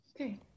okay